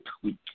tweak